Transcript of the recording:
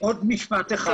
עוד משפט אחד,